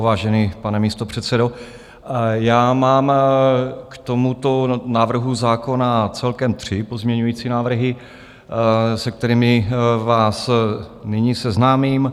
Vážený pane místopředsedo, mám k tomuto návrhu zákona celkem tři pozměňovací návrhy, se kterými vás nyní seznámím.